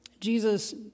Jesus